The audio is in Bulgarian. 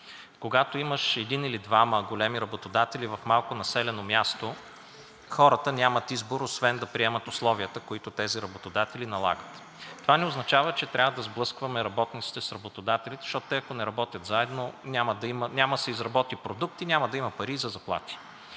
Когато имаш един или двама големи работодатели в малко населено място, хората нямат избор, освен да приемат условията, които тези работодатели налагат. Това не означава, че трябва да сблъскваме работниците с работодателите, защото те, ако не работят заедно, няма да се изработи